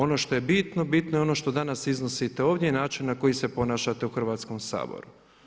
Ono što je bitno, bitno je ono što danas iznosite ovdje i način na koji se ponašate u Hrvatskom saboru.